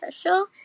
special